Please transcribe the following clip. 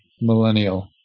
millennial